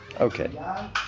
Okay